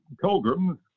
pilgrims